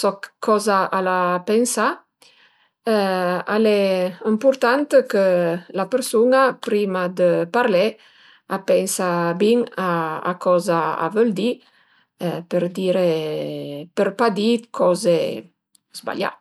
soc coza al a pensà. Al e ëmpurtant chë la persun-a prima dë parlé a pensa bin a coza a völ di për dire, për pa di d'coza sbaglià